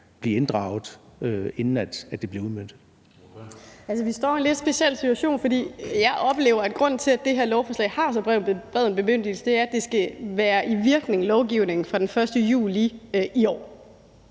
Kl. 13:17 Signe Munk (SF): Altså, vi står i en lidt speciel situation, for jeg oplever, at grunden til, at det her lovforslag har så bred en bemyndigelse, er, at det skal have virkning i lovgivningen fra den 1. juli i år.